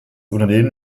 unternehmen